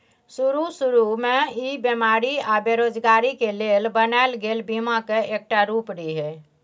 शरू शुरू में ई बेमारी आ बेरोजगारी के लेल बनायल गेल बीमा के एकटा रूप रिहे